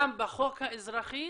גם בחוק האזרחי,